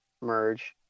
merge